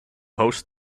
hosts